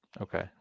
Okay